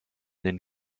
den